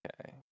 Okay